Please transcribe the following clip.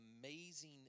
amazing